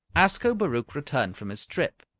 ascobaruch returned from his trip.